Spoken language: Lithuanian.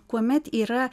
kuomet yra